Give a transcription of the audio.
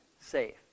safe